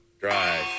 Drive